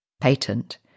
patent